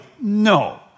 No